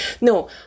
No